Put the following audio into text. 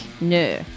No